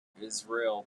israel